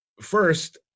first